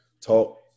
talk